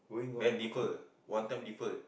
then defer one time defer